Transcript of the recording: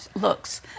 looks